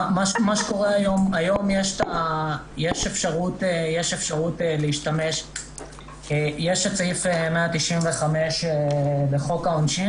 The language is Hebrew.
היום יש אפשרות להשתמש בסעיף 195 בחוק העונשין